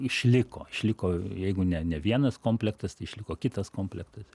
išliko išliko jeigu ne ne vienas komplektas išliko kitas komplektas